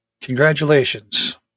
Congratulations